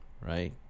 right